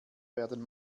werden